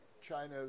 China's